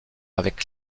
avec